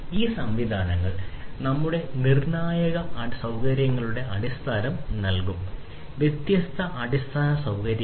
ഈ സംവിധാനങ്ങൾ നമ്മുടെ നിർണായകമായ അടിസ്ഥാന സൌകര്യങ്ങളുടെ അടിസ്ഥാനം നൽകും വ്യത്യസ്ത അടിസ്ഥാന സൌകര്യങ്ങൾ